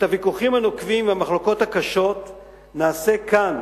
את הוויכוחים הנוקבים והמחלוקות הקשות נעשה כאן,